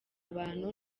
abantu